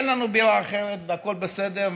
אין לנו בירה אחרת והכול בסדר,